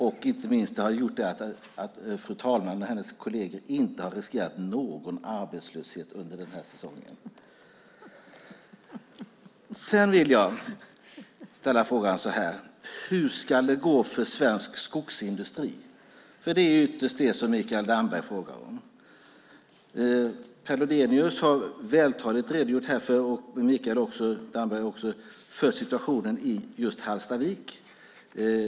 Det har inte minst gjort att fru talmannen och hennes kolleger inte har riskerat någon arbetslöshet under den här säsongen. Hur ska det gå för svensk skogsindustri? Det är ytterst det som Mikael Damberg frågar. Per Lodenius och Mikael Damberg har vältaligt redogjort för situationen i Hallstavik.